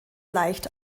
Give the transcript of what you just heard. leicht